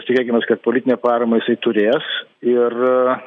tikėkimės kad politinę paramą jisai turės ir